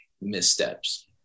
missteps